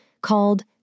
called